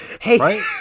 Hey